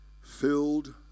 filled